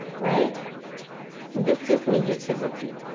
right? and this gives me utility.